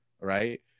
Right